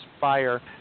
fire